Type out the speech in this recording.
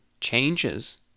changes